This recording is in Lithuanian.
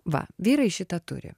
va vyrai šitą turi